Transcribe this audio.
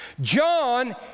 John